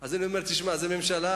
אז אני אומר: זה ממשלה?